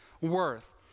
worth